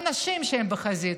וגם הנשים שהן בחזית,